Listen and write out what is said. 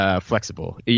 flexible